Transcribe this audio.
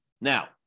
Now